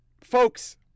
Folks